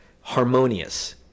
harmonious